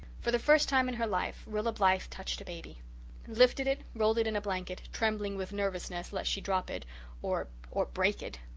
for the first time in her life rilla blythe touched a baby lifted it rolled it in a blanket, trembling with nervousness lest she drop it or or break it.